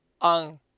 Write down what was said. on